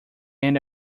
end